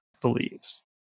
believes